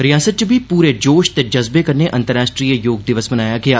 रियासत च बी पूरे जोश ते जज्बे कन्नै अंतर्राष्ट्रीय योग दिवस मनाया गेआ